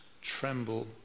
tremble